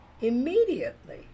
immediately